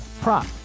prop